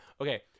okay